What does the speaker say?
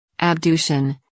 Abduction